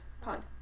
pod